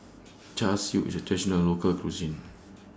Char Siu IS A Traditional Local Cuisine